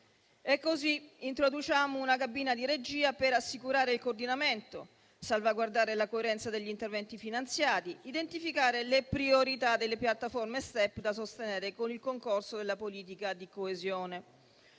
pertanto una cabina di regia per assicurare il coordinamento, salvaguardare la coerenza degli interventi finanziati, identificare le priorità delle piattaforme STEP da sostenere con il concorso della politica di coesione.